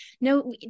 no